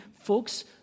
folks